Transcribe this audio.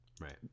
Right